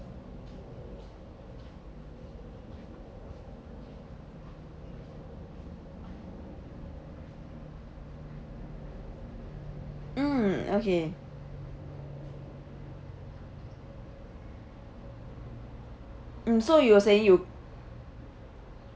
mm okay mm so you're saying you